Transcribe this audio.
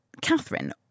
Catherine